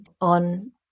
on